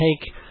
take